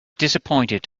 disappointed